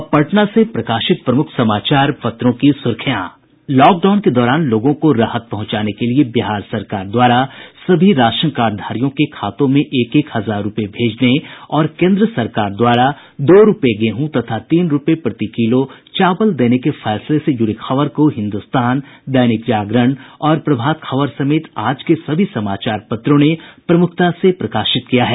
अब पटना से प्रकाशित प्रमुख समाचार पत्रों की सुर्खियां लॉक डाउन के दौरान लोगों को राहत पहुंचाने के लिए बिहार सरकार द्वारा सभी राशन कार्डधारियों के खातों में एक एक हजार रूपये भेजने और केन्द्र सरकार द्वारा दो रूपये गेहूं तथा तीन रूपये प्रति किलो चावल देने के फैसले से जुड़ी खबर को हिन्दुस्तान दैनिक जागरण और प्रभात खबर समेत आज के सभी समाचारों ने प्रमुखता से प्रकाशित किया है